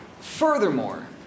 Furthermore